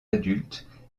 adultes